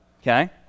okay